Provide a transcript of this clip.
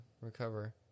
recover